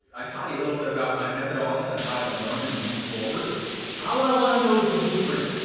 i taught you a little bit about my methodologies on how i learn and move forward. all i wanna know is the blueprint.